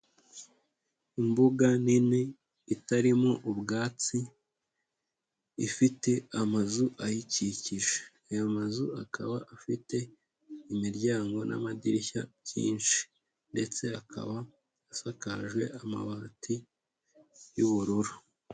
Imbuga nini itarimo ubwatsi, ifite amazu ayikikije. Ayo mazu akaba afite imiryango n'amadirishya byinshi ndetse akaba asakaje amabati y'ubururu.